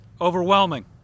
overwhelming